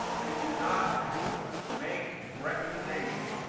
they do not make recommendations.